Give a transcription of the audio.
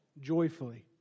joyfully